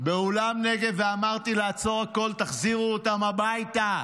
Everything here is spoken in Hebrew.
באולם נגב ואמרתי: לעצור הכול, תחזירו אותם הביתה,